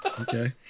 Okay